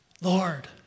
Lord